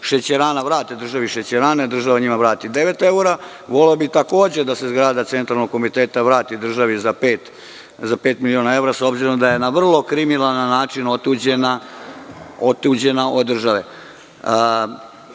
šećerana vrate državi šećerane, a država njima vrati devet eura. Voleo bih, takođe, da se zgrada Centralnog komiteta vrati državi za pet miliona eura, s obzirom da je vrlo kriminalan način otuđena od države.U